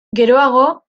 geroago